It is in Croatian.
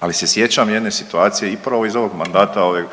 Ali se sjećam jedne situacije i upravo iz ovog mandata ove